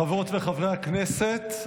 חברות וחברי הכנסת,